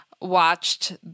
watched